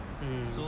mm